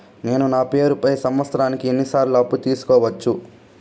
నేను నా పేరుపై సంవత్సరానికి ఎన్ని సార్లు అప్పు తీసుకోవచ్చు?